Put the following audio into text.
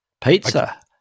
pizza